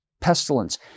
pestilence